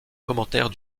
commentaires